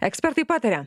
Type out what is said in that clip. ekspertai pataria